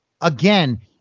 again